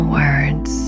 words